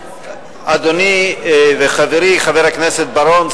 אדוני וחברי חבר הכנסת בר-און,